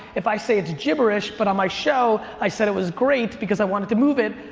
if i say it's gibberish but on my show i said it was great because i wanted to move it,